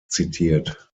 zitiert